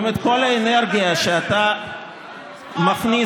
אם את כל האנרגיה שאתה מכניס,